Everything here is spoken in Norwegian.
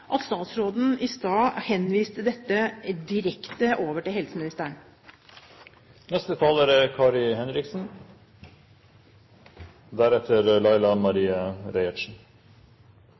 at statsråden i stad henviste dette direkte over til helseministeren. Årets budsjett er